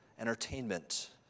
entertainment